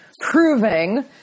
proving